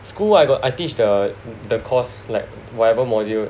school I got I teach the the course like whatever module